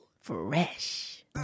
Fresh